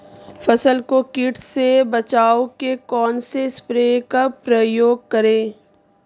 फसल को कीट से बचाव के कौनसे स्प्रे का प्रयोग करें?